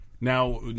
Now